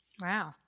Wow